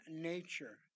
nature